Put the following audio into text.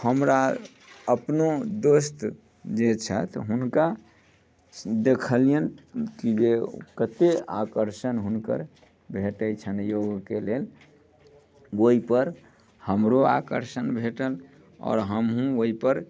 हमरा अपनो दोस्त जे छथि हुनका देखलियनि की जे कते आकर्षण हुनकर भेटै छनि योगके लेल ओइ पर हमरो आकर्षण भेटल आओर हमहुँ ओइपर